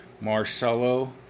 Marcelo